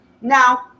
now